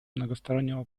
многостороннего